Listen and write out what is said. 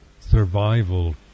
survival